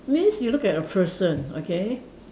means you look at a person okay